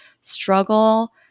struggle